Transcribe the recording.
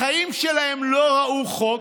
הן בחיים שלהן לא ראו חוק.